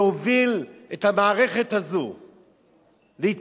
שהוביל את המערכת הזו להתפרק